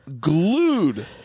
glued